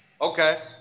Okay